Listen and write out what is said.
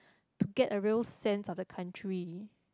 to get a real sense of the country